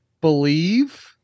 believe